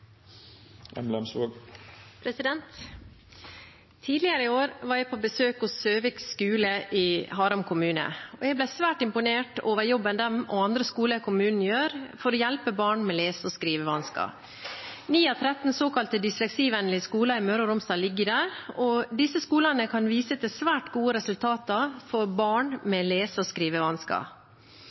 avslutta. Tidligere i år var jeg på besøk på Søvik skule i Haram kommune, og jeg ble svært imponert over jobben de og andre skoler i kommunen gjør for å hjelpe barn med lese- og skrivevansker. 9 av 13 såkalte dysleksivennlige skoler i Møre og Romsdal ligger der, og disse skolene kan vise til svært gode resultater for barn med lese- og